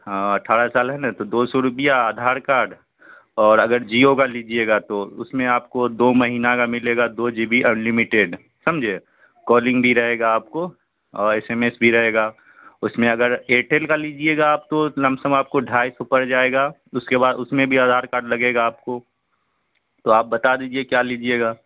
ہاں اٹھارہ سال ہے نا تو دو سو روپیہ آدھار کارڈ اور اگر جیو کا لیجیے گا تو اس میں آپ کو دو مہینہ کا ملے گا دو جی بی انلمیٹیڈ سمجھے کالنگ بھی رہے گا آپ کو اور ایس ایم ایس بھی رہے گا اس میں اگر ایئرٹیل کا لیجیے گا آپ تو لم سم آپ کو ڈھائی سو پڑ جائے گا اس کے بعد اس میں بھی آدھار کارڈ لگے گا آپ کو تو آپ بتا دیجیے کیا لیجیے گا